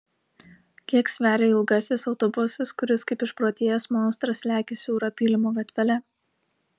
kiek sveria ilgasis autobusas kuris kaip išprotėjęs monstras lekia siaura pylimo gatvele